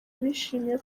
bishimiye